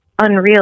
Unreal